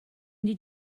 did